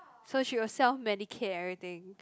so she was sell many care everything